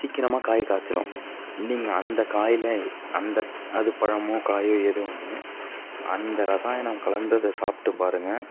சீக்கிரமா காய் காய்ச்சிடும் நீங்கள் அந்த காயில் அந்த அது பழமோ காயோ எதோ ஒன்று அந்த ரசாயனம் கலந்ததை சாப்பிட்டு பாருங்கள்